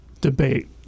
debate